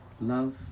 love